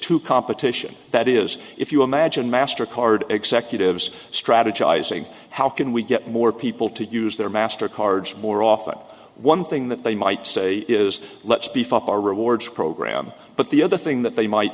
to competition that is if you imagine master card executives strategizing how can we get more people to use their master cards more often one thing that they might say is let's be fair rewards program but the other thing that they might